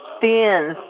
thin